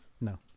No